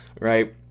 right